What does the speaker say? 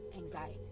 anxiety